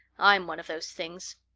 i'm one of those things.